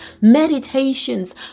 meditations